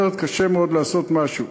אחרת קשה מאוד לעשות משהו.